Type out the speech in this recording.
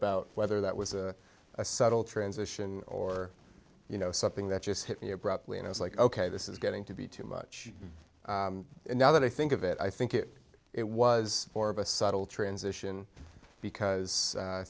about whether that was a subtle transition or you know something that just hit me abruptly and i was like ok this is getting to be too much and now that i think of it i think it it was more of a subtle transition because